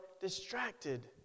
distracted